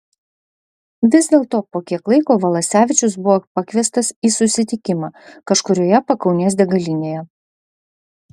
vis dėlto po kiek laiko valasevičius buvo pakviestas į susitikimą kažkurioje pakaunės degalinėje